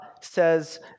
says